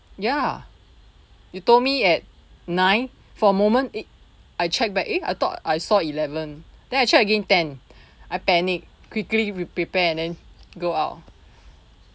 ya you told me at nine for a moment eh I checked back eh I thought I saw eleven then I try again ten I panic quickly re~ prepare and then go out